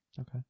okay